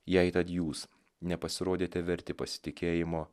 jei tad jūs nepasirodėte verti pasitikėjimo